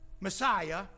Messiah